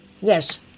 Yes